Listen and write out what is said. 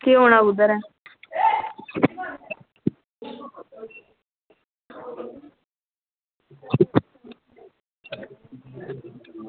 की औना कुद्धर ऐ